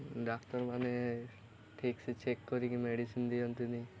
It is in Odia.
ଡାକ୍ତରମାନେ ଠିକ୍ସେ ଚେକ୍ କରିକି ମେଡ଼ିସିନ୍ ଦିଅନ୍ତିନି